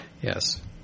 Yes